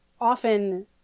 often